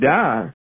die